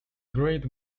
great